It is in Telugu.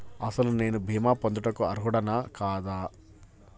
అసలు నేను భీమా పొందుటకు అర్హుడన కాదా?